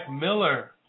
Miller